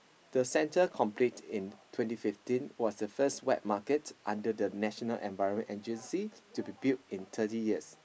the center complete in twenty fifteen was the first wet market under the National-Environment-Agency to be build in thirty years